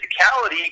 physicality